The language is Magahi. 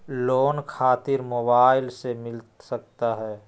लोन खातिर मोबाइल से मिलता सके?